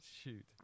shoot